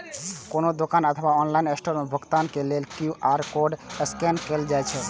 कोनो दुकान अथवा ऑनलाइन स्टोर मे भुगतान करै लेल क्यू.आर कोड स्कैन कैल जाइ छै